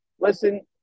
listen –